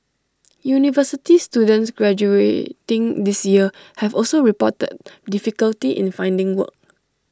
university students graduating this year have also reported difficulty in finding work